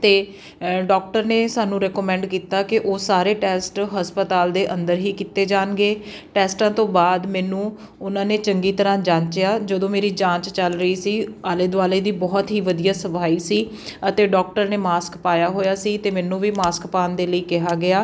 ਅਤੇ ਡਾਕਟਰ ਨੇ ਸਾਨੂੰ ਰੈਕੋਮੈਂਡ ਕੀਤਾ ਕਿ ਉਹ ਸਾਰੇ ਟੈਸਟ ਹਸਪਤਾਲ ਦੇ ਅੰਦਰ ਹੀ ਕੀਤੇ ਜਾਣਗੇ ਟੈਸਟਾਂ ਤੋਂ ਬਾਅਦ ਮੈਨੂੰ ਉਹਨਾਂ ਨੇ ਚੰਗੀ ਤਰ੍ਹਾਂ ਜਾਂਚਿਆ ਜਦੋਂ ਮੇਰੀ ਜਾਂਚ ਚੱਲ ਰਹੀ ਸੀ ਆਲੇ ਦੁਆਲੇ ਦੀ ਬਹੁਤ ਹੀ ਵਧੀਆ ਸਫ਼ਾਈ ਸੀ ਅਤੇ ਡੋਕਟਰ ਨੇ ਮਾਸਕ ਪਾਇਆ ਹੋਇਆ ਸੀ ਅਤੇ ਮੈਨੂੰ ਵੀ ਮਾਸਕ ਪਾਉਣ ਦੇ ਲਈ ਕਿਹਾ ਗਿਆ